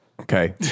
Okay